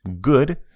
good